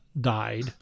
died